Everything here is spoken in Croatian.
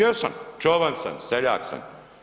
Jesam, čoban sam, seljak sam.